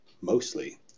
mostly